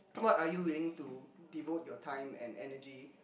what are you willing to devote your time and energy